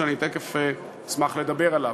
ואני אשמח תכף לדבר עליו.